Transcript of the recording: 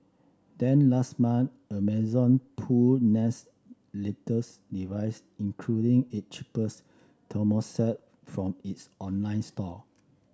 then last month Amazon pulled Nest's latest device including it cheapest thermostat from its online store